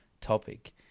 topic